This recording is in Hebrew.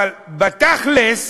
אבל בתכל'ס